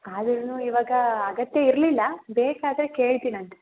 ಆದರೂನು ಇವಾಗ ಅಗತ್ಯ ಇರಲಿಲ್ಲ ಬೇಕಾದರೆ ಕೇಳ್ತೀನಂತೆ